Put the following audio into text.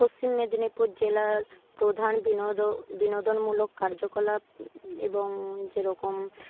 পশ্চিম মেদিনীপুর জেলার প্রধান বিনোদ বিনোদনমূলক কার্যকলাপ এবং যেরকম